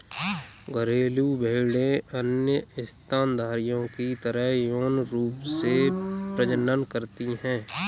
घरेलू भेड़ें अन्य स्तनधारियों की तरह यौन रूप से प्रजनन करती हैं